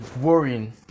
worrying